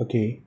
okay